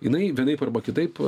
jinai vienaip arba kitaip